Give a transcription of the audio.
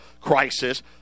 crisis